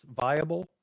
viable